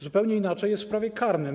Zupełnie inaczej jest w prawie karnym.